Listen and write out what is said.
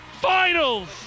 Finals